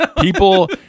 People